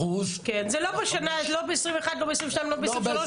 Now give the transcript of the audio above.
זה לא כל שנה, לא ב-2021, לא ב-2022, לא ב-2023?